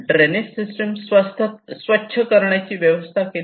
drainage system स्वच्छ करण्याची व्यवस्था केली